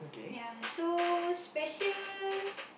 ya so special